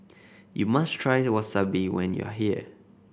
you must try Wasabi when you are here